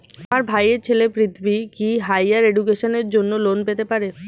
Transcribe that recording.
আমার ভাইয়ের ছেলে পৃথ্বী, কি হাইয়ার এডুকেশনের জন্য লোন পেতে পারে?